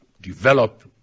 develop